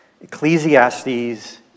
Ecclesiastes